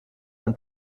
ein